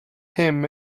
him